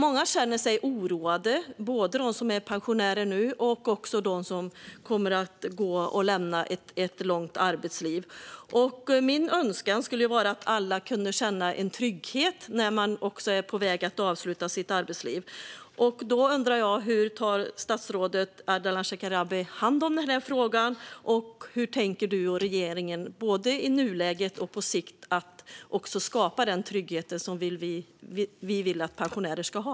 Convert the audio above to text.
Många känner sig oroade, både de som är pensionärer nu och de som kommer att lämna ett långt arbetsliv. Min önskan skulle vara att alla kunde känna en trygghet när de är på väg att avsluta sitt arbetsliv. Jag undrar hur statsrådet Ardalan Shekarabi tar hand om denna fråga. Och hur tänker han och regeringen, både i nuläget och på sikt, skapa den trygghet som vi vill att pensionärer ska ha?